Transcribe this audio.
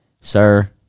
sir